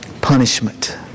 punishment